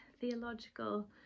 theological